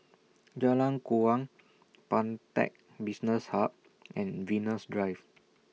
Jalan Kuang Pantech Business Hub and Venus Drive